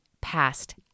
past